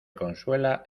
consuela